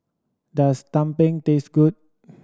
does tumpeng taste good